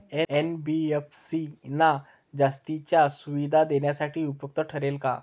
NBFC ना जास्तीच्या सुविधा देण्यासाठी उपयुक्त ठरेल का?